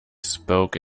spoke